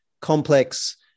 complex